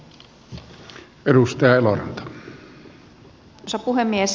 arvoisa puhemies